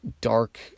dark